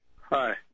Hi